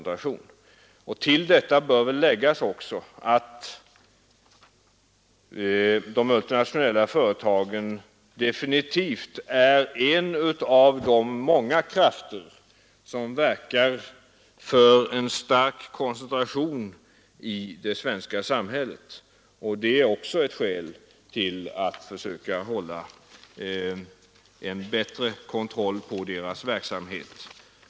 Till detta bör också läggas att de multinationella företagen definitivt är en av de många krafter som verkar för en stark koncentration i det svenska samhället, och det är också ett skäl till att försöka hålla en bättre kontroll över deras verksamhet.